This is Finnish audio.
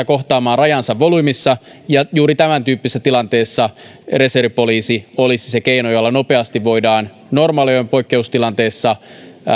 kohtaamaan rajansa volyymissa ja juuri tämäntyyppisessä tilanteessa reservipoliisi olisi se keino jolla nopeasti voidaan normaaliolojen poikkeustilanteissa